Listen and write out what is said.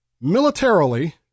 Militarily